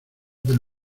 del